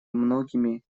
многими